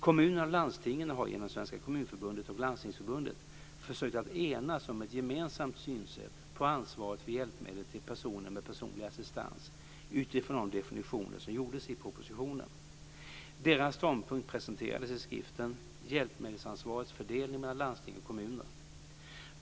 Kommunförbundet och Landstingsförbundet försökt att enas om ett gemensamt synsätt på ansvaret för hjälpmedel till personer med personlig assistans utifrån de definitioner som gjordes i propositionen. Deras ståndpunkt presenterades i skriften Hjälpmedelsansvarets fördelning mellan landsting och kommuner.